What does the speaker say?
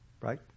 Right